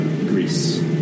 Greece